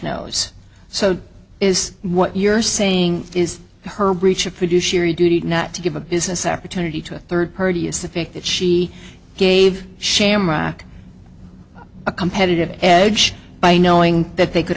knows so is what you're saying is her breach of produce a duty not to give a business opportunity to a third party is the fact that she gave shamrock a competitive edge by knowing that they could